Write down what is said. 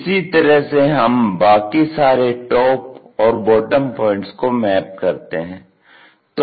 इसी तरह से हम बाकी सारे टॉप और बॉटम पॉइंट्स को मैप करते हैं